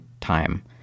time